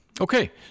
Okay